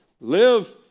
Live